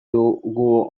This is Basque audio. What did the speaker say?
dugu